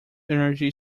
energy